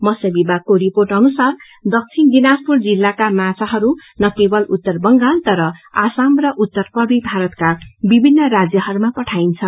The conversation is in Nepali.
मत्स्य विभागको रिर्पोट अनुसार दक्षिण दिनाजपुर जिल्लाका माछाहरू न केवल उत्तर बांगल तर आसाम र उत्तरपूर्वी भारतका विभिन्न राज्यहरूमा पठाइन्छ